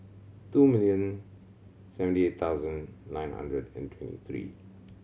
two million seventy eight thousand nine hundred and twenty three